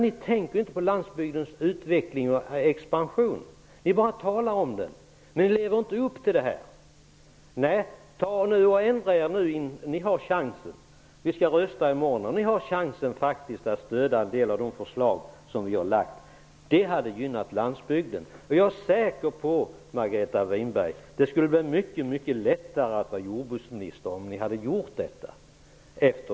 Ni tänker inte på landsbygdens utveckling och expansion. Ni talar bara om den, men ni lever inte upp till det. Nu har ni chansen att ändra er. Vi skall rösta i morgon. Ni har faktiskt chansen att stöda en del av de förslag som vi har lagt fram. Det hade gynnat landsbygden. Jag är säker på, Margareta Winberg, att det skulle bli mycket, mycket lättare att vara jordbruksminister om ni hade gjort detta.